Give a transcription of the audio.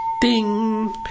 Ding